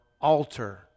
altar